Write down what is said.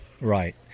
Right